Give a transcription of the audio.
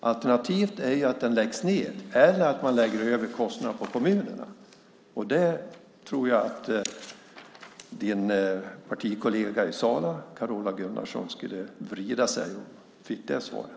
Alternativet är att den läggs ned eller att man lägger över kostnaderna på kommunerna, och jag tror att Åsa Torstenssons partikollega i Sala, Carola Gunnarsson, skulle vrida sig om hon fick det svaret.